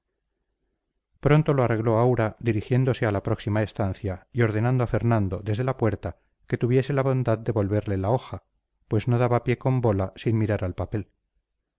pronto lo arregló aura dirigiéndose a la próxima estancia y ordenando a fernando desde la puerta que tuviese la bondad de volverle la hoja pues no daba pie con bola sin mirar al papel